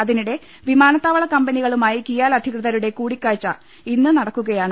അതിനിടെ വിവിധ വിമാനത്താവള കമ്പനികളുമായി കിയാൽ അധികൃതരുടെ കൂടിക്കാഴ്ച ഇന്ന് നട ക്കുകയാണ്